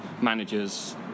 managers